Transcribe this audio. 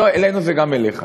לא, "אלינו" זה גם אליך.